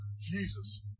Jesus